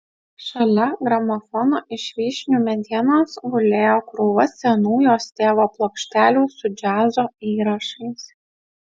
šalia gramofono iš vyšnių medienos gulėjo krūva senų jos tėvo plokštelių su džiazo įrašais